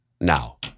now